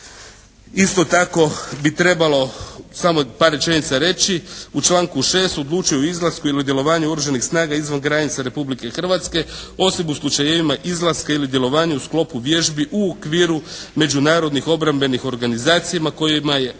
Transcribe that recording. Isto tako bi trebalo, samo par rečenica reći. U članku 6. odlučuju o izlasku ili djelovanju oružanih snaga izvan granica Republike Hrvatske osim u slučajevima izlaska ili djelovanja u sklopu vježbi u okviru međunarodnih obrambenih organizacija kojima je